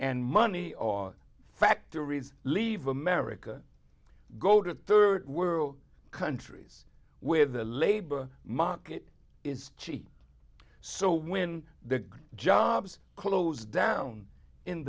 and money or factories leave america go to third world countries where the labor market is cheap so when the jobs closed down in